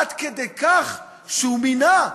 עד כדי כך שהוא מינה,